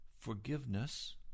Forgiveness